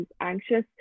anxious